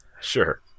sure